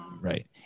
Right